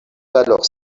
alors